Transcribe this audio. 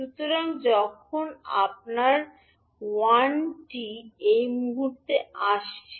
সুতরাং যখন আপনার 1 t এই মুহুর্তে আসছে